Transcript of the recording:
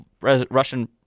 Russian